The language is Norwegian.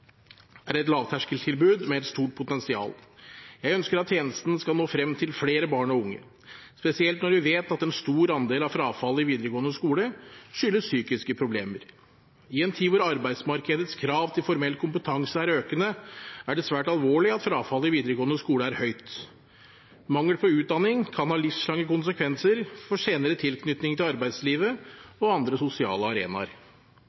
et lavterskeltilbud med et stort potensial. Jeg ønsker at tjenesten skal nå frem til flere barn og unge, spesielt når vi vet at en stor andel av frafallet i videregående skole skyldes psykiske problemer. I en tid hvor arbeidsmarkedets krav til formell kompetanse er økende, er det svært alvorlig at frafallet i videregående skole er høyt. Mangel på utdanning kan ha livslange konsekvenser for senere tilknytning til arbeidslivet og andre sosiale arenaer.